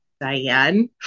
Diane